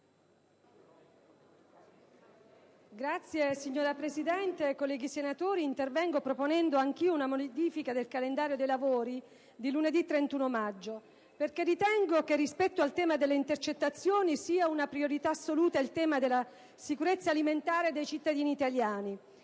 *(PD)*. Signora Presidente, colleghi senatori, intervengo proponendo anch'io una modifica del calendario dei lavori dell'Assemblea di lunedì e martedì prossimi, perché ritengo che rispetto al tema delle intercettazioni sia una priorità assoluta il tema della sicurezza alimentare dei cittadini italiani.